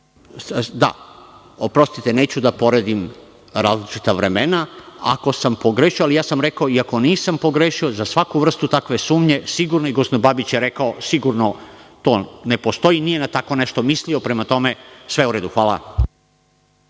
Oprostite, neću da poredim različita vremena, ako sam pogrešio, ali ja sam rekao i ako nisam pogrešio, za svaku vrstu sumnje, sigurno i gospodin Babić je rekao, sigurno to ne postoji i nije na tako nešto mislio. Prema tome, sve je u redu.